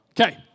Okay